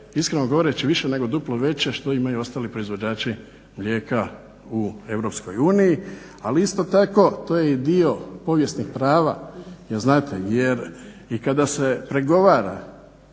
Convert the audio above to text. iskreno govoreći više nego duplo veće što imaju ostali proizvođači mlijeka u EU. Ali isto tako to je i dio povijesnih prava jer znate i kada se pregovara